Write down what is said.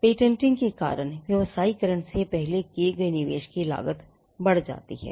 patenting के कारण व्यावसायीकरण से पहले किए गए निवेश की लागत बढ़ जाती है